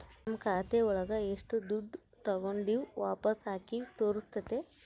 ನಮ್ ಖಾತೆ ಒಳಗ ಎಷ್ಟು ದುಡ್ಡು ತಾಗೊಂಡಿವ್ ವಾಪಸ್ ಹಾಕಿವಿ ತೋರ್ಸುತ್ತೆ